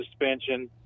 suspension